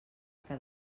que